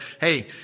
hey